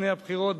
לפני הבחירות,